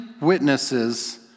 witnesses